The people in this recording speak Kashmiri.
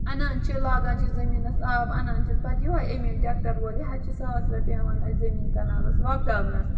اَنان چھِ لاگان چھِ زٔمیٖنَس آب اَنان چھِنہٕ پَتہٕ یِہوے أمیٖن ٹٮ۪کٹَر وول یہِ حظ چھِ ساس رۄپیہِ ہٮ۪وان اَسہِ زٔمیٖن کَنالَس وۄبداونَس